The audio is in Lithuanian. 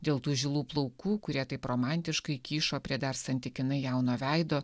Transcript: dėl tų žilų plaukų kurie taip romantiškai kyšo prie dar santykinai jauno veido